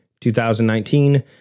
2019